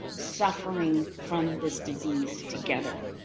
suffering from this disease together.